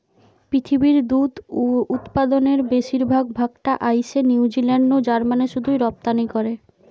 পৃথিবীর দুধ উতপাদনের বেশির ভাগ টা আইসে নিউজিলান্ড নু জার্মানে শুধুই রপ্তানি করে